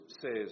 says